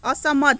असहमत